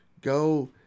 go